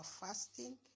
fasting